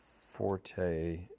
Forte